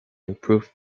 improve